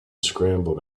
scrambled